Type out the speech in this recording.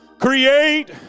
Create